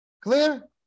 Clear